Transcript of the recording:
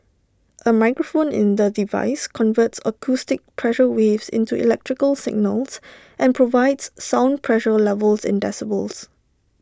A microphone in the device converts acoustic pressure waves into electrical signals and provides sound pressure levels in decibels